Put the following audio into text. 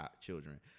children